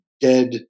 dead